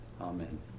amen